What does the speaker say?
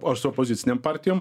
ar su opozicinėm partijom